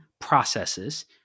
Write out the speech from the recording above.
processes